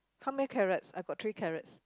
how many carrots I got three carrots